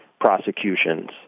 prosecutions